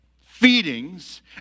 feedings